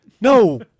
No